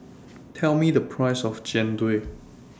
Tell Me The Price of Jian Dui